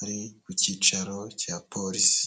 ari ku cyicaro cya polisi.